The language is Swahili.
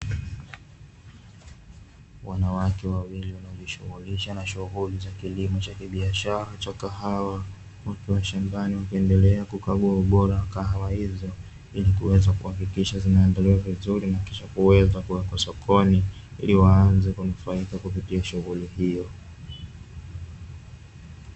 Wanawake wawili wanao jishughulisha na shughuli za kilimo cha kibiashara cha kahawa, wakiwa shambani wakiendelea kukagua ubora wa kahawa hizo, ili kuweza kuhakikisha zinaendelea vizuri na kisha kuweza kuwekwa sokoni ili waanze kunufaika kupitia shughuli hiyo.